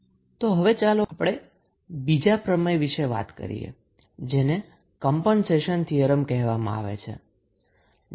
તો હવે ચાલો આપણે બીજા પ્રમેય વિશે વાત કરીએ જેને કમ્પનસેશન થીયરમ કહેવામાં આવે છે